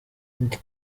ndi